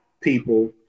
people